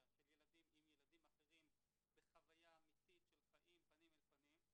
של ילדים עם ילדים אחרים בחוויה אמיתית של חיים פנים אל פנים,